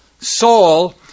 Saul